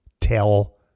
tell